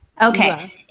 Okay